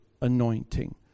anointing